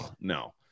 no